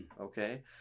Okay